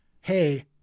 hey